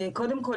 קודם כול,